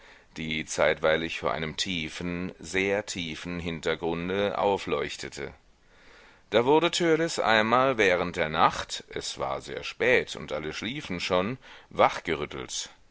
die zeitweilig vor einem tiefen sehr tiefen hintergrunde aufleuchtete da wurde törleß einmal während der nacht es war sehr spät und alle schliefen schon